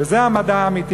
וזה המדע האמיתי,